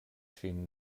ŝin